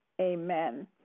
Amen